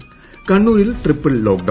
്കണ്ണൂരിൽ triple lockdown